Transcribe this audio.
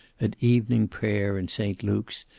at evening prayer in saint luke's,